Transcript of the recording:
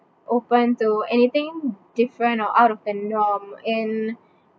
open to anything different or out of the norm and